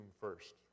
first